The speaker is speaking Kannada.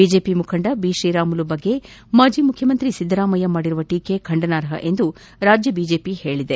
ಬಿಜೆಪಿ ಮುಖಂಡ ಬಿತ್ರೀರಾಮುಲು ಬಗ್ಗೆ ಮಾಜಿ ಮುಖ್ಯಮಂತ್ರಿ ಸಿದ್ದರಾಮಯ್ಯ ಮಾಡಿರುವ ಟೀಕೆ ಖಂಡನಾರ್ಪ ಎಂದು ರಾಜ್ಯ ಬಿಜೆಪಿ ಹೇಳಿದೆ